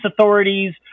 authorities